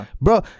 Bro